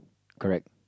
correct